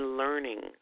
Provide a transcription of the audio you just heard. learning